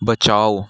बचाओ